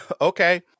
okay